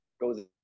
goes